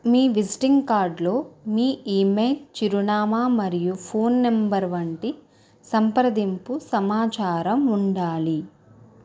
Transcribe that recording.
మీ visiting కార్డ్లో మీ email చిరునామా మరియు ఫోన్ నెంబర్ వంటి సంప్రదింపు సమాచారం ఉండాలి